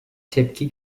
tepki